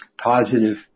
positive